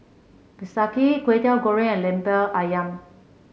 bistake Kway Teow Goreng and lemper ayam